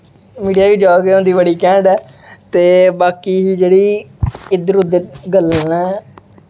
media दी job ते होंदी बड़ी कैंड ऐ ते बाकी जेह्ड़ी इद्धर उद्धर गल्लां ऐ